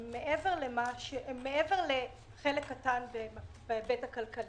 הם מעבר לחלק קטן בהיבט הכלכלי.